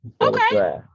Okay